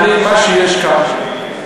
מה שיש כאן,